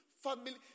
family